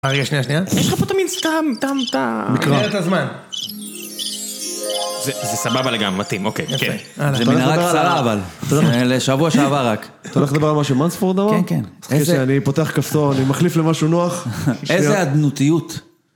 רגע, רגע, שנייה, שנייה. יש לך פה את ה...? מקרא. מנהרת הזמן. זה סבבה, לגמרי. מתאים. אוקיי, יפה. זה מנהרה קצרה אבל. לשבוע שעבר רק. אתה הולך לדבר על מה שמונספורד אמר? כן, כן. אני פותח כפתור. אני מחליף למשהו נוח. איזה אדנותיות.